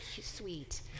sweet